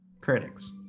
critics